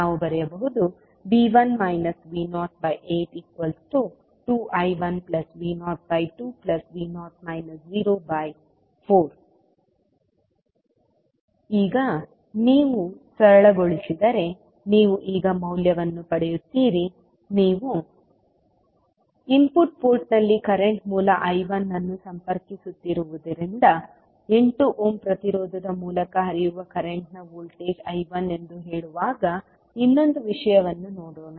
ನಾವು ಬರೆಯಬಹುದು V1 V082I1V02V0 04 ಈಗ ನೀವು ಸರಳಗೊಳಿಸಿದರೆ ನೀವು ಈಗ ಮೌಲ್ಯವನ್ನು ಪಡೆಯುತ್ತೀರಿ ನೀವು ಇನ್ಪುಟ್ ಪೋರ್ಟ್ನಲ್ಲಿ ಕರೆಂಟ್ ಮೂಲ I1 ಅನ್ನು ಸಂಪರ್ಕಿಸುತ್ತಿರುವುದರಿಂದ 8 ಓಮ್ ಪ್ರತಿರೋಧದ ಮೂಲಕ ಹರಿಯುವ ಕರೆಂಟ್ನ ವೋಲ್ಟೇಜ್ I1ಎಂದು ಹೇಳುವಾಗ ಇನ್ನೊಂದು ವಿಷಯವನ್ನು ನೋಡೋಣ